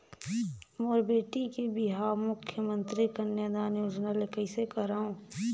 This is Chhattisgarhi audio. मोर बेटी के बिहाव मुख्यमंतरी कन्यादान योजना ले कइसे करव?